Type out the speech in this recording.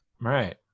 Right